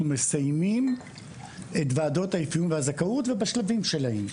מסיימים את ועדות האפיון והזכאות ובשלבים שלהן.